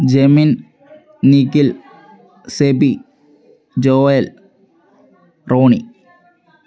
Jemin Nikhil Sebi Joel Tony